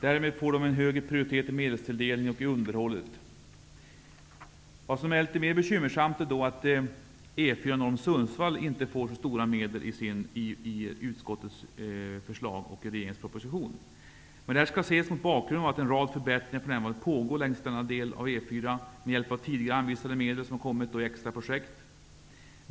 Därmed får de en högre prioritet i medelstilldelningen och i underhållet. Vad som är litet mer bekymmersamt är att E 4 norr om Sundsvall inte får några stora medel i utskottets förslag och i regeringens proposition. Det här skall ses mot bakgrund av att en rad förbättringar för närvarande pågår längs denna del av E 4 med hjälp av tidigare anvisade medel i extra projekt.